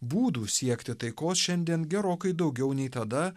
būdų siekti taikos šiandien gerokai daugiau nei tada